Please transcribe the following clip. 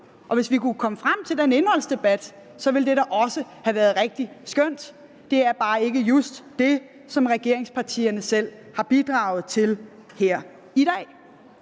er. Hvis vi kunne komme frem til den indholdsdebat, ville det da også have været rigtig skønt, det er bare ikke just det, som regeringspartierne selv har bidraget til her i dag.